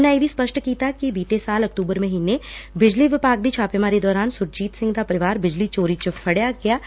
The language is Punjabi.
ਉਨ੍ਹਾਂ ਇਹ ਵੀ ਸਪੱਸ਼ਟ ਕੀਤਾ ਕਿ ਬੀਤੇ ਸਾਲ ਅਕਤੁਬਰ ਮਹੀਨੇ ਬਿਜਲੀ ਵਿਭਾਗ ਦੀ ਛਾਪੇਮਾਰੀ ਦੌਰਾਨ ਸੁਰਜੀਤ ਸਿੰਘ ਦਾ ਪਰਿਵਾਰ ਬਿਜਲੀ ਚੋਰੀ ਚ ਫਤਿਆ ਗਿਆ ਸੀ